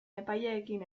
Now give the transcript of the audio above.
epaileekin